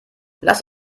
lass